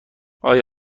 آیا